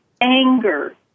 anger